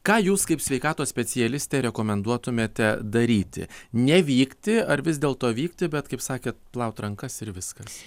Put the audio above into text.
ką jūs kaip sveikatos specialistė rekomenduotumėte daryti nevykti ar vis dėlto vykti bet kaip sakėt plaut rankas ir viskas